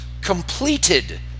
completed